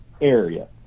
area